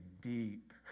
deep